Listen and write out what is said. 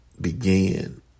began